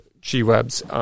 G-Webs